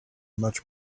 much